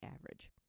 average